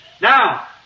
Now